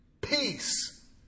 Peace